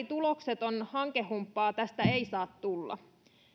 tuloksetonta hankehumppaa tästä ei saa tulla